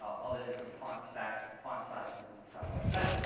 all the different font stacks, and font sizes and stuff like that,